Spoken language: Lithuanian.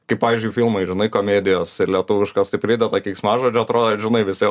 kaip pavyzdžiui filmai žinai komedijos ir lietuviškas tai prideda keiksmažodžių atrodo žinai visai